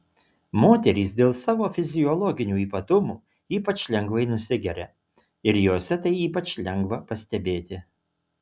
moterys dėl savo fiziologinių ypatumų ypač lengvai nusigeria ir jose tai ypač lengva pastebėti